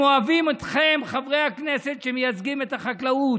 הם אוהבים אתכם, חברי הכנסת שמייצגים את החקלאות,